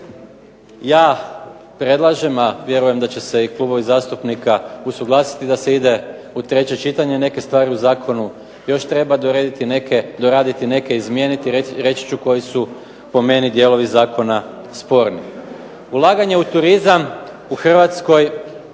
ja predlažem, a vjerujem da će se i klubovi zastupnika usuglasiti, da se ide u treće čitanje. Neke stvari u zakonu još treba doraditi, neke izmijeniti, reći ću koji su po meni dijelovi zakona sporni. Ulaganje u turizam u Hrvatskoj.